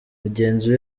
mugenzi